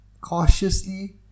Cautiously